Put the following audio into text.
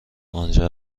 آنجا